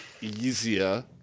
easier